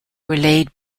laid